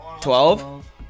Twelve